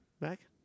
Mac